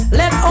let